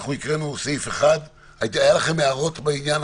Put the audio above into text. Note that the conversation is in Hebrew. אנחנו הקראנו סעיף 1. היו לכם הערות בעניין